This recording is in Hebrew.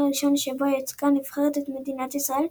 הראשון שבו ייצגה הנבחרת את מדינת ישראל,